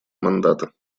мандата